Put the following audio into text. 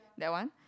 that one